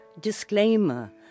disclaimer